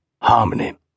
Harmony